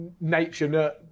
nature